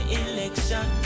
election